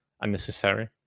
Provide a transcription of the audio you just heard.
unnecessary